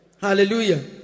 Hallelujah